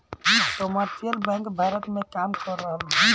commercial bank Bharat में काम कर रहल बा